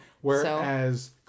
Whereas